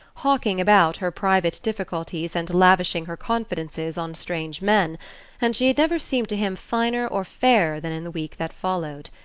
hawking about her private difficulties and lavishing her confidences on strange men and she had never seemed to him finer or fairer than in the week that followed.